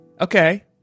Okay